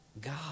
God